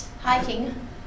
hiking